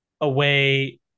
away